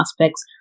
aspects